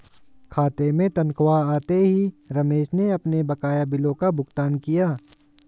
खाते में तनख्वाह आते ही रमेश ने अपने बकाया बिलों का भुगतान किया